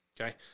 okay